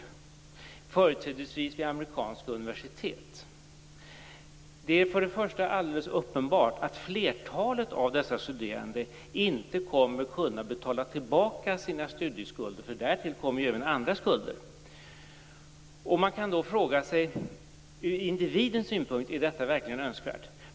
Det gäller företrädesvis amerikanska universitet. Det är alldeles uppenbart att flertalet av dessa studerande inte kommer att kunna betala sina studieskulder, för därtill kommer ju även andra skulder. Man kan fråga sig om detta verkligen är önskvärt ur individens synpunkt.